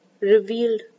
revealed